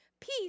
Peace